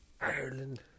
ireland